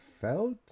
felt